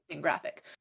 graphic